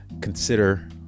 consider